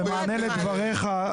במענה לדבריך,